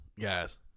guys